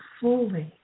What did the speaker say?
fully